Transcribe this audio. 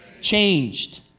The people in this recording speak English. Changed